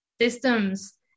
systems